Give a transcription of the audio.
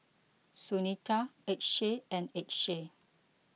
Sunita Akshay and Akshay